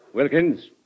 Wilkins